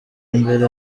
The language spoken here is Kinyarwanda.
mbere